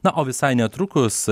na o visai netrukus